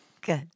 Good